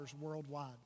worldwide